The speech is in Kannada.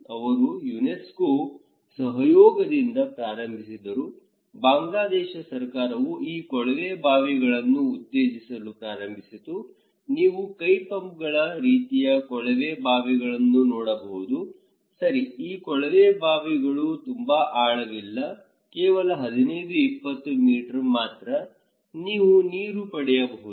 ಅವರು ಯುನೆಸ್ಕೋ ಸಹಯೋಗದೊಂದಿಗೆ ಪ್ರಾರಂಭಿಸಿದರು ಬಾಂಗ್ಲಾದೇಶ ಸರ್ಕಾರವು ಈ ಕೊಳವೆ ಬಾವಿಗಳನ್ನು ಉತ್ತೇಜಿಸಲು ಪ್ರಾರಂಭಿಸಿತು ನೀವು ಕೈ ಪಂಪ್ಗಳ ರೀತಿಯ ಕೊಳವೆ ಬಾವಿಗಳನ್ನು ನೋಡಬಹುದು ಸರಿ ಈ ಕೊಳವೆ ಬಾವಿಗಳು ತುಂಬಾ ಆಳವಿಲ್ಲ ಕೇವಲ 15 20 ಮೀಟರ್ ಮಾತ್ರ ನೀವು ನೀರು ಪಡೆಯಬಹುದು